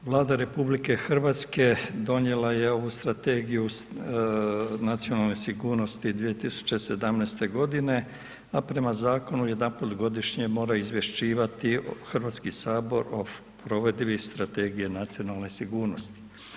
Vlada RH donijela je ovu strategiju nacionalne sigurnosti 2017. g. a prema zakonu, jedanput godišnje mora izvješćivati Hrvatski sabor o provedbi Strategije nacionalne sigurnosti.